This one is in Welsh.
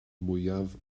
mwyaf